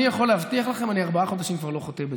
אני יכול להבטיח לכם שאני ארבעה חודשים כבר לא חוטא בזה,